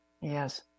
Yes